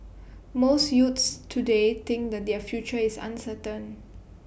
most youths today think that their future is uncertain